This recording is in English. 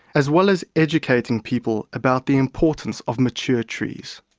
as well as educating people about the importance of mature trees.